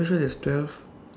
are you sure there's twelve